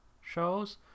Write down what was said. shows